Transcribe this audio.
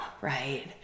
right